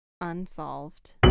unsolved